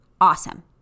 awesome